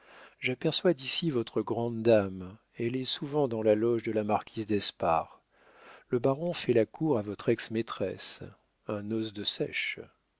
j'aperçois d'ici votre grande dame elle est souvent dans la loge de la marquise d'espard le baron fait la cour à votre ex maîtresse un os de seiche